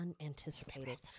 unanticipated